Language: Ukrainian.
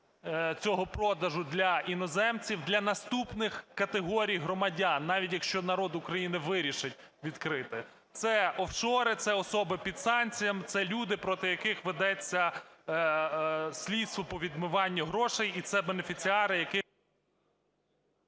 цього продажу для іноземців, для наступних категорій громадян навіть, якщо народ України вирішить відкрити – це офшори, це особи під санкціями, це люди, проти яких ведеться слідство по відмиванню грошей і це бенефіціари…